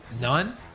none